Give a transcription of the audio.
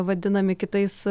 vadinami kitais